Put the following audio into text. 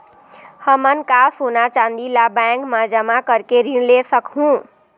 हमन का सोना चांदी ला बैंक मा जमा करके ऋण ले सकहूं?